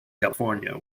california